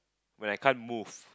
when I can't move